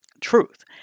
truth